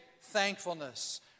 thankfulness